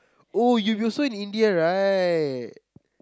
oh you will also in India right